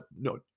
no